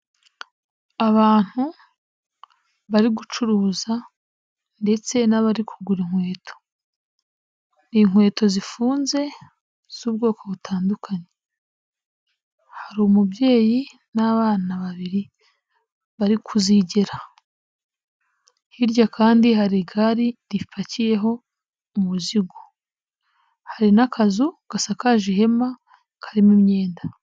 Abantu bari gucuruza ndetse n'abari kugura inkweto, ni inkweto zifunze z'ubwoko butandukanye, hari umubyeyi n'abana babiri bari kuzigera, hirya kandi hari igare ripakiyeho umuzigo, hari n'akazu gasakaje ihema karimo imyenda.